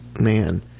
Man